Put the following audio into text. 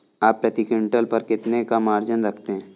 आप प्रति क्विंटल पर कितने का मार्जिन रखते हैं?